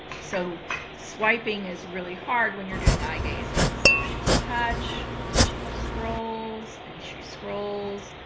so swiping is really hard when you're doing eye gazing. so she can touch, and she scrolls, and she scrolls.